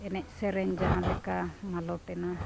ᱮᱱᱮᱡ ᱥᱮᱨᱮᱧ ᱡᱟᱦᱟᱸ ᱞᱮᱠᱟ ᱢᱟᱞᱚᱴᱮᱱᱟ